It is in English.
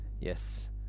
yes